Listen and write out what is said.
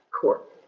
Court